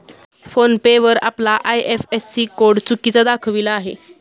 phone पे वर आपला IFSC code चुकीचा दाखविला आहे